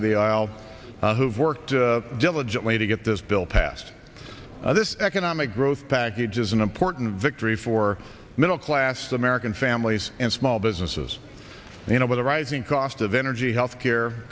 of the aisle who've worked diligently to get this bill passed this economic growth package is an important victory for middle class american families and small businesses and you know with the rising cost of energy health care